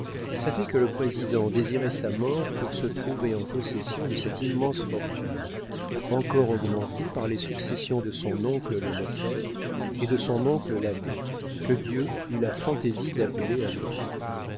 savait que le président désirait sa mort pour se trouver en possession de cette immense fortune encore augmentée par les successions de son oncle le notaire et de son oncle l'abbé que dieu eut la fantaisie d'appeler à lui